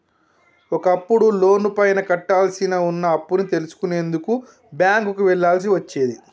ఒకప్పుడు లోనుపైన కట్టాల్సి వున్న అప్పుని తెలుసుకునేందుకు బ్యేంకుకి వెళ్ళాల్సి వచ్చేది